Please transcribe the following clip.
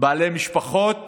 בעלי משפחות